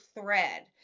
thread